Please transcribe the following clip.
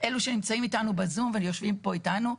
אלה שנמצאים איתנו בזום ויושבים פה איתנו.